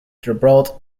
gilbert